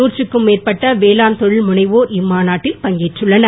நூற்றுக்கும் மேற்பட்ட வேளாண் தொழில் முனைவோர் இம்மாநாட்டில் பங்கேற்றுள்ளனர்